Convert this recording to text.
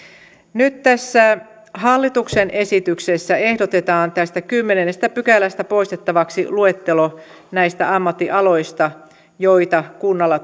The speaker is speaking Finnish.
nyt hallituksen esityksessä ehdotetaan kymmenennestä pykälästä poistettavaksi luettelo ammattialoista joista kunnalla